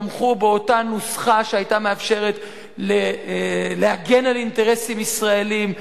תמכו באותה נוסחה שהיתה מאפשרת להגן על אינטרסים ישראליים,